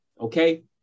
okay